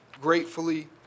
gratefully